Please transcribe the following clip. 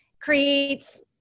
creates